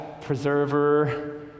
preserver